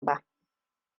ba